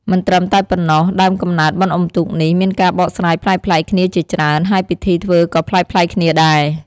មិនត្រឹមតែប៉ុណ្ណោះ ដើមកំណើតបុណ្យអុំទូកនេះ មានការបកស្រាយប្លែកៗគ្នាជាច្រើន ហើយពិធីធ្វើក៏ប្លែកៗគ្នាដែរ។